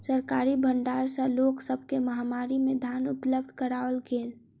सरकारी भण्डार सॅ लोक सब के महामारी में धान उपलब्ध कराओल गेल